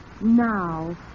Now